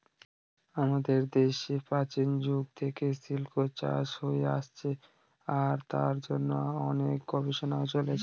আমাদের দেশে প্রাচীন যুগ থেকে সিল্ক চাষ হয়ে আসছে আর তার জন্য অনেক গবেষণাও চলছে